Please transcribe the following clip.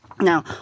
Now